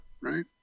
right